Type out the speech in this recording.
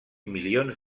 milions